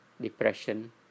depression